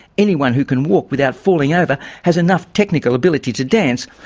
anyone who can walk without falling over has enough technical ability to dance,